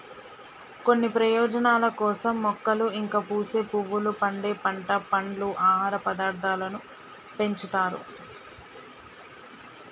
కొన్ని ప్రయోజనాల కోసం మొక్కలు ఇంకా పూసే పువ్వులు, పండే పంట, పండ్లు, ఆహార పదార్థాలను పెంచుతారు